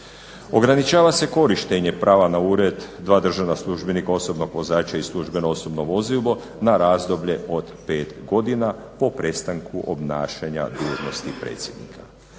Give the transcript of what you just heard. Ograničava se korištenje prava na ured, dva državna službenika, osobnog vozača i službeno osobno vozilo na razdoblje od pet godina po prestanku obnašanja dužnosti predsjednika.